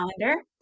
calendar